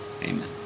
Amen